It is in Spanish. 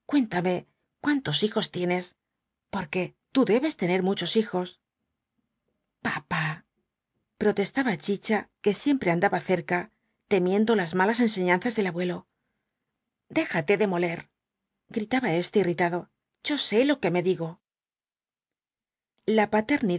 cuéntame cuántos hijos tienes porque tú debes tener muchos hijos papá protestaba chicha que siempre andaba cerca temiendo las malas enseñanzas del abuelo déjate de moler gritaba éste irritado yo sé lo que me digo los